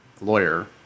lawyer